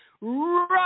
right